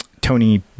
Tony